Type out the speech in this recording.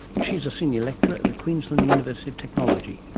she is a senior lecturer at the queensland university of technology.